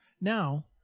Now